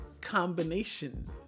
combination